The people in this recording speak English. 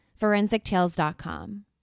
ForensicTales.com